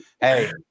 Hey